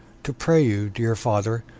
to pray you, dear father,